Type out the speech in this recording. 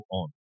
on